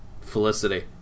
Felicity